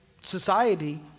society